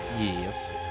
Yes